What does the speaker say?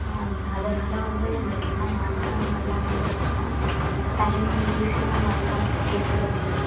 அதனால் வந்து நம்மளுக்கு என்ன மாற்றங்கள்லாம் வந்துருக்குன்னா இப்போ தமிழ் மொழி ஈஸியாக நம்ம அடுத்தவங்கள்கிட்ட பேசுறது